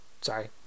Sorry